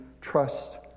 trust